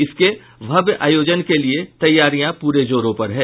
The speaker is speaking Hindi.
इसके भव्य आयोजन के लिए तैयारियां पूरे जोरों पर हैं